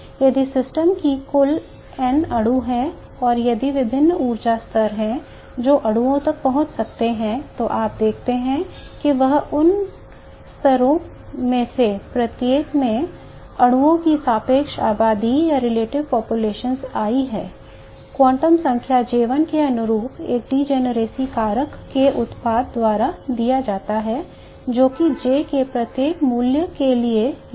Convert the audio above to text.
यदि सिस्टम में कुल N अणु हैं और यदि विभिन्न ऊर्जा स्तर हैं जो अणुओं तक पहुंच सकते हैं तो आप जो देखते हैं वह इन स्तरों में से प्रत्येक में अणुओं की सापेक्ष आबादी कर लिया जाएगा